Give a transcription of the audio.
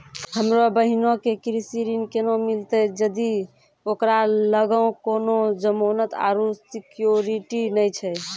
हमरो बहिनो के कृषि ऋण केना मिलतै जदि ओकरा लगां कोनो जमानत आरु सिक्योरिटी नै छै?